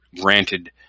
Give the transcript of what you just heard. granted